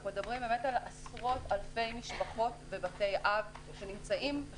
אנחנו מדברים על עשרות-אלפי משפחות ובתי אב שמדממים,